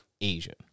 Asian